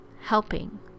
helping